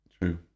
True